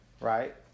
right